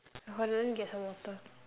get some water